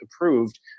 approved